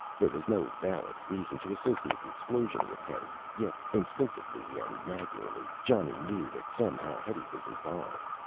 there was no valid reason to associate the explosion with hetty, yet instinctively and naggingly, johnny knew that somehow hetty was involved.